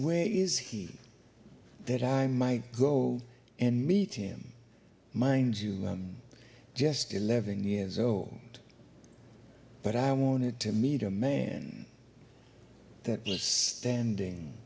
where is he that i might go and meet him mind you just eleven years old but i wanted to meet a man that was standing